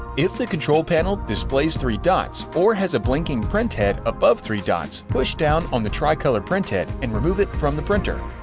if the control panel displays three dots or has a blinking printhead above three dots, push down on the tri-color printhead and remove it from the printer.